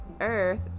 Earth